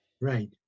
Right